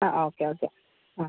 ആ okay okay ആ